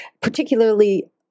particularly